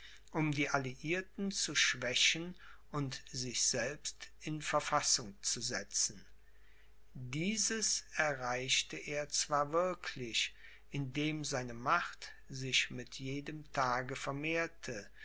um die alliierten zu schwächen und sich selbst in verfassung zu setzen dieses erreichte er zwar wirklich indem seine macht sich mit jedem tage vermehrte